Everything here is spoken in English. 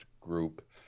group